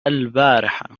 البارحة